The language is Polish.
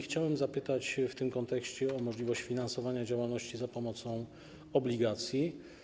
Chciałbym zapytać w tym kontekście o możliwość finansowania działalności za pomocą obligacji.